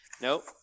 nope